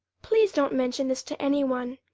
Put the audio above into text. please don't mention this to any one,